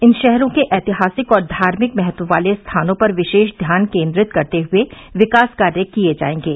इन शहरों के ऐतिहासिक और धार्मिक महत्व वाले स्थानों पर विशेष ध्यान केन्द्रित करते हुए विकास कार्य किए जायेंगे